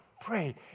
pray